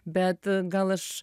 bet gal aš